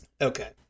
Okay